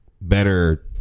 better